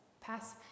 pass